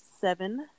seven